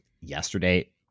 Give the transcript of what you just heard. yesterday